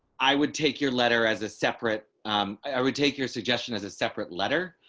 i would take your letter as a separate um i would take your suggestion as a separate letter.